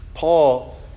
Paul